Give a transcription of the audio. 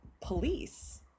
police